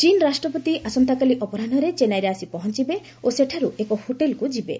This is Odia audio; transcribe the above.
ଚୀନ୍ ରାଷ୍ଟ୍ରପତି ଆସନ୍ତାକାଲି ଅପରାହ୍ୱରେ ଚେନ୍ନାଇରେ ଆସି ପହଞ୍ଚବେ ଓ ସେଠାରୁ ଏକ ହୋଟେଲ୍କୁ ଯିବେ